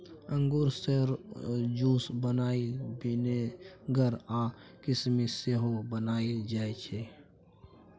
अंगुर सँ juice, wine, vinegar आ किसमिस सेहो बनाएल जाइ छै